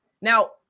now